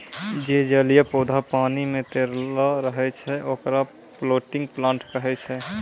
जे जलीय पौधा पानी पे तैरतें रहै छै, ओकरा फ्लोटिंग प्लांट कहै छै